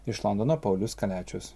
iš londono paulius kaliačius